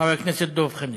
חבר הכנסת דב חנין.